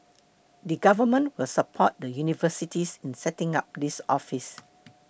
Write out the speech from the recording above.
the government will support the universities in setting up this office